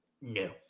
no